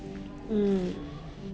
mm